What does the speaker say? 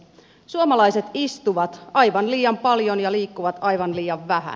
suomalaiset istuvat aivan liian paljon ja liikkuvat aivan liian vähän